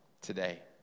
today